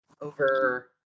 over